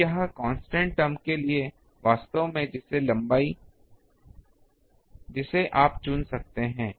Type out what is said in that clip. अब यह constant term के लिए वास्तव में लंबाई जिसे आप चुन सकते हैं